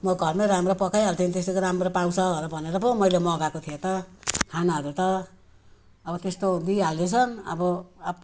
म घरमा राम्रो पकाइहाल्थे नि त्यस्तो त राम्रो पाउँछ भनेर पो मैले मगाएको थिएँ त खानाहरू त अब त्यस्तो दिइहाले छन् अब अब